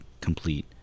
complete